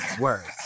words